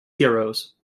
heroes